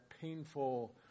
painful